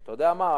אתה יודע מה,